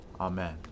Amen